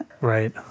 Right